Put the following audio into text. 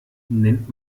nennt